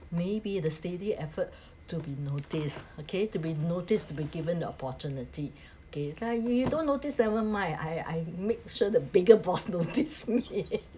maybe the steady effort to be noticed okay to be noticed to be given the opportunity okay but you you don't notice never mind I I make sure the bigger boss notice me